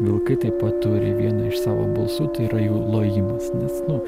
vilkai taip pat turi vieną iš savo balsų tai yra jų lojimas nes nu